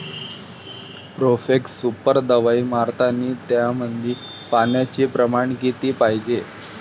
Profex super दवाई मारतानी त्यामंदी पान्याचं प्रमाण किती पायजे?